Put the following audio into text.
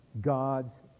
God's